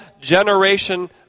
generation